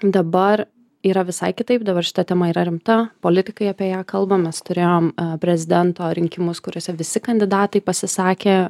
dabar yra visai kitaip dabar šita tema yra rimta politikai apie ją kalba mes turėjom prezidento rinkimus kuriuose visi kandidatai pasisakė